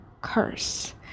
curse